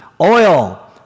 oil